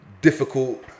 difficult